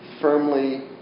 Firmly